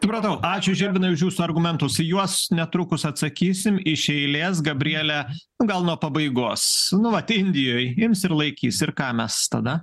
supratau ačiū žilvinai už jūsų argumentus į juos netrukus atsakysim iš eilės gabriele nu gal nuo pabaigos nu vat indijoj ims ir laikys ir ką mes tada